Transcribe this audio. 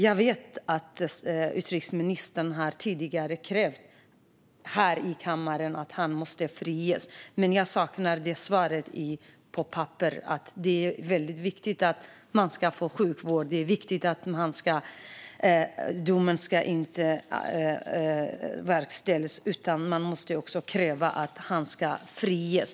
Jag vet att utrikesministern tidigare har krävt här i kammaren att han ska friges, men jag saknar det svaret på papper. Det är väldigt viktigt att han får sjukvård och att domen inte verkställs, men man måste också kräva att han friges.